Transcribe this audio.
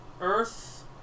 Earth